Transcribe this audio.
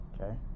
Okay